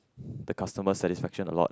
the customer satisfaction a lot